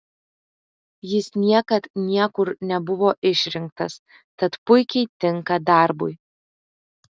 jis niekad niekur nebuvo išrinktas tad puikiai tinka darbui